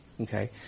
okay